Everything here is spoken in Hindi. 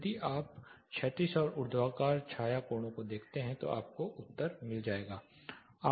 यदि आप क्षैतिज और ऊर्ध्वाधर छाया कोणों को देखते हैं तो आपको उत्तर मिल जाएगा